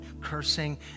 cursing